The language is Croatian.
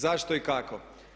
Zašto i kako?